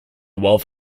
wealth